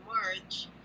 March